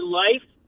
life